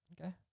Okay